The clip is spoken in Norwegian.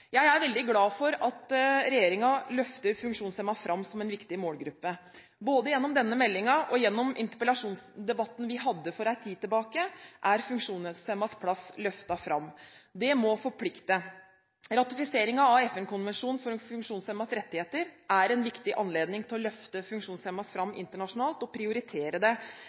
Jeg er veldig glad for at regjeringen løfter funksjonshemmede fram som en viktig målgruppe. Både gjennom denne meldingen og gjennom interpellasjonsdebatten vi hadde for en tid siden, er funksjonshemmedes plass løftet fram. Det må forplikte. Ratifiseringen av FN-konvensjonen for funksjonshemmedes rettigheter er en viktig anledning til å løfte funksjonshemmede fram internasjonalt og prioritere